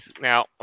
Now